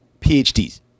PhDs